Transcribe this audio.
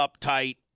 uptight